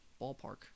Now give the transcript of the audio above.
ballpark